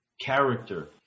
character